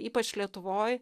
ypač lietuvoj